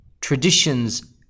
traditions